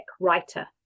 writer